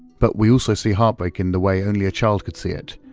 but we also see heartbreak in the way only a child could see it,